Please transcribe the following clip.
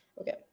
Okay